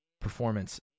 performance